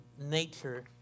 nature